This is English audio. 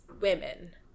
women